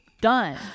Done